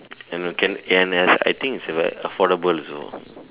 and can and F I think is affordable